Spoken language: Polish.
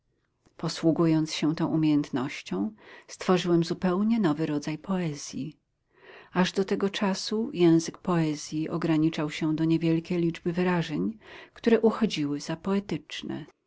posługując się tą umiejętnością stworzyłem zupełnie nowy rodzaj poezji aż do tego czasu język poezji ograniczał się do niewielkiej liczby wyrażeń które uchodziły za poetyczne